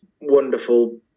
wonderful